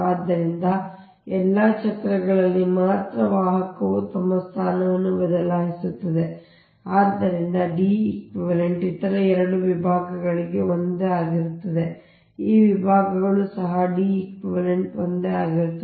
ಆದ್ದರಿಂದ ಎಲ್ಲಾ ಚಕ್ರಗಳಲ್ಲಿ ಮಾತ್ರ ವಾಹಕವು ತಮ್ಮ ಸ್ಥಾನವನ್ನು ಬದಲಾಯಿಸುತ್ತದೆ ಆದ್ದರಿಂದ D eq ಇತರ 2 ವಿಭಾಗಗಳಿಗೆ ಒಂದೇ ಆಗಿರುತ್ತದೆ ಅಂದರೆ ಈ 2 ವಿಭಾಗಗಳು ಸಹ D eq ಒಂದೇ ಆಗಿರುತ್ತದೆ